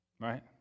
right